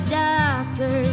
doctor